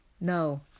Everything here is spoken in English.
No